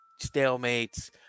Stalemates